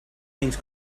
things